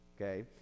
Okay